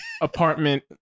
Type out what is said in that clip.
apartment